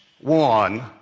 one